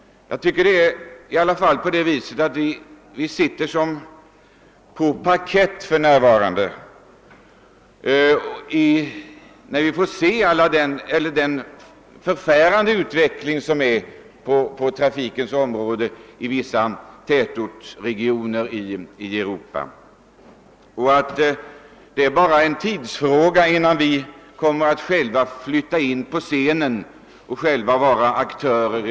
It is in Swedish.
Jag tycker att vi liksom sitter på parkett i dag och betraktar den förfärande utveckling som pågår på trafikens område i vissa tätortsregioner i Europa. Det är, tror jag, bara en tidsfråga när vi själva kommer att flytta in på scenen som aktörer.